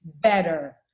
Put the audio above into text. better